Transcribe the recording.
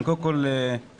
אני קודם כול מברך,